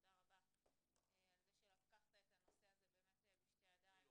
תודה רבה על זה שלקחת את הנושא הזה באמת בשתי ידיים.